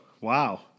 Wow